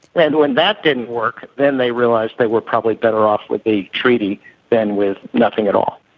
and when that didn't work, then they realised they were probably better off with the treaty than with nothing at all.